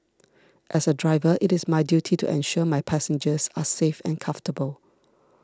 as a driver it is my duty to ensure my passengers are safe and comfortable